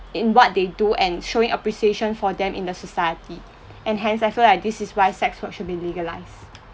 in what they do and showing appreciation for them in the society and hence I feel like this is why sex work should be legalised